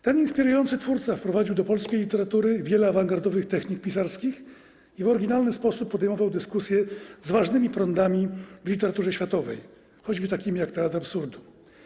Ten inspirujący twórca wprowadził do polskiej literatury wiele awangardowych technik pisarskich i w oryginalny sposób podejmował dyskusje z ważnymi prądami w literaturze światowej, w choćby takimi jak teatr absurdu.